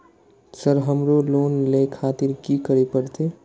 Sir हमरो loan ले खातिर की करें परतें?